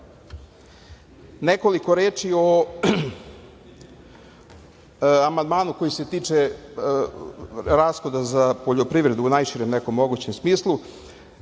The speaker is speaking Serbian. evra? Nekoliko reči o amandmanu koji se tiče rashoda za poljoprivredu u najširem mogućem smislu.